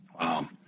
Wow